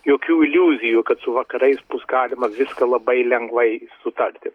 jokių iliuzijų kad su vakarais bus galima viską labai lengvai sutarti